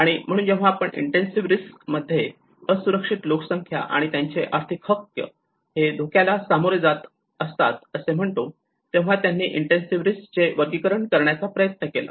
आणि म्हणून जेव्हा आपण इंटेन्सिव्ह रिस्क मध्ये असुरक्षित लोकसंख्या आणि त्यांचे आर्थिक हक्क हे धोक्याला सामोरे जातात असे म्हणतो तेव्हा त्यांनी इंटेन्सिव्ह रिस्क चे वर्गीकरण करण्याचा प्रयत्न केला